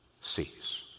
sees